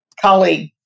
colleague